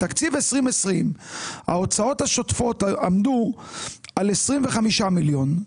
בשנת 2020 ההוצאות השוטפות עמדו על 25 מיליון.